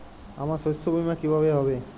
আমার শস্য বীমা কিভাবে হবে?